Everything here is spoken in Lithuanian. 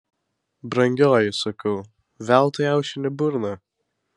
brangioji sakau veltui aušini burną